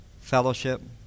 Fellowship